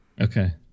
Okay